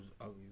ugly